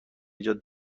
ایجاد